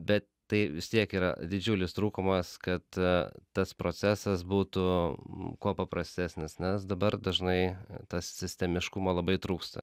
bet tai vis tiek yra didžiulis trūkumas kad tas procesas būtų kuo paprastesnis nes dabar dažnai tas sistemiškumo labai trūksta